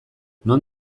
non